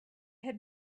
had